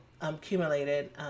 accumulated